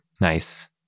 Nice